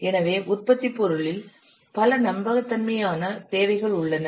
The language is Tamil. எனவே உற்பத்திப் பொருளில் பல நம்பகத்தன்மையான தேவைகள் உள்ளன